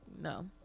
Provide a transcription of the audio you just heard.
no